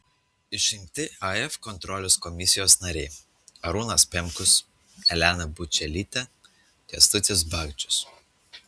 išrinkti af kontrolės komisijos nariai arūnas pemkus elena bučelytė kęstutis bagdžius